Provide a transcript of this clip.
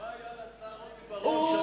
ומה היה לשר רוני בר-און שהוא,